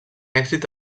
èxit